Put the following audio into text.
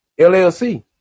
LLC